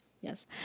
Yes